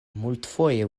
multfoje